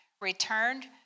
returned